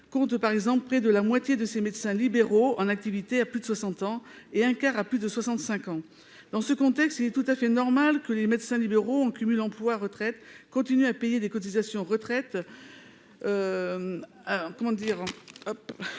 soins difficile, près de la moitié des médecins libéraux en activité ont plus de 60 ans, et un quart d'entre eux a plus de 65 ans. Dans ce contexte, il est tout à fait anormal que les médecins libéraux en cumul emploi-retraite continuent à payer des cotisations retraite